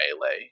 melee